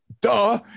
Duh